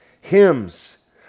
hymns